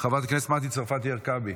חברת הכנסת מטי צרפתי הרכבי,